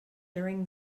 during